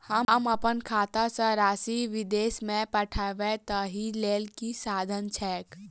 हम अप्पन खाता सँ राशि विदेश मे पठवै ताहि लेल की साधन छैक?